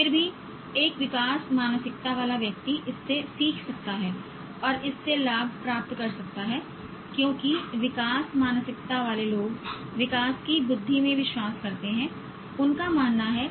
फिर भी एक विकास मानसिकता वाला व्यक्ति इससे सीख सकता है और उससे लाभ प्राप्त कर सकता है क्योंकि विकास मानसिकता वाले लोग विकास की बुद्धि में विश्वास करते हैं उनका मानना है